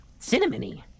Cinnamony